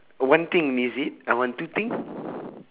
one thing is it I want two thing